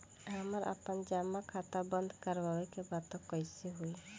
हमरा आपन जमा खाता बंद करवावे के बा त कैसे होई?